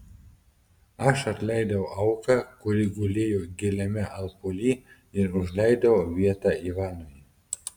aš atleidau auką kuri gulėjo giliame alpuly ir užleidau vietą ivanui